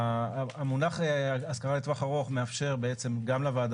המונח "השכרה לטווח ארוך" מאפשר בעצם גם לוועדה